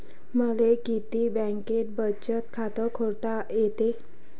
मले किती बँकेत बचत खात खोलता येते?